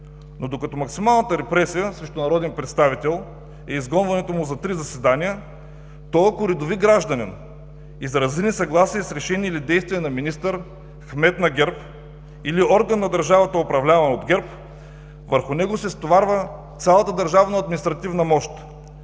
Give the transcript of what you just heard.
Но докато максималната репресия срещу народен представител е изгонването му за три заседания, то ако редови гражданин изрази несъгласие с решение или действие на министър, кмет на ГЕРБ или орган на държавата, управлявана от ГЕРБ, върху него се стоварва цялата държавна административна мощ